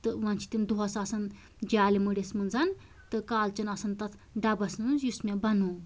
تہٕ وۄنۍ چھِ تِم دۄہَس آسان جالہِ مٔرِس منَز تہٕ کالہٕ چیٚن آسان تَتھ ڈَبَس منٛز یُس مےٚ بَنوو